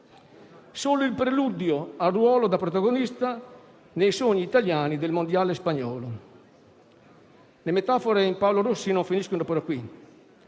solo il preludio al ruolo da protagonista nei sogni italiani del mondiale spagnolo. Le metafore in Paolo Rossi non finiscono qui: